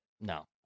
no